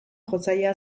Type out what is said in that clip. jotzailea